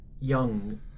young